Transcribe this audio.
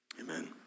Amen